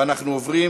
ואנחנו עוברים